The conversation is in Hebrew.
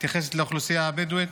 מתייחסת לאוכלוסייה הבדואית.